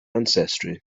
ancestry